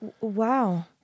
Wow